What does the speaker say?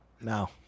no